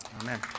Amen